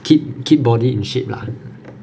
keep keep body in shape lah